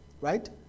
right